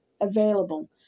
available